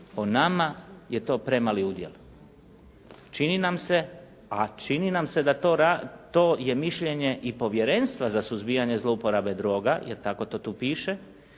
po nama je to premali udjel. Čini nam se da to je mišljenje i Povjerenstva za suzbijanje zlouporabe droga jer tako to tu piše